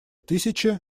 тысячи